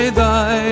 thy